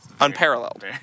Unparalleled